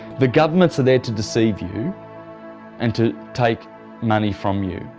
the governments are there to deceive you and to take money from you,